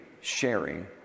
sharing